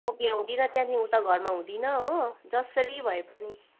म भ्याउँदिन त्यहाँदेखि उता म घरमा हुँदिन हो जसरी भए पनि